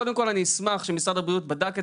קודם כל אני אשמח שמשרד הבריאות בדק את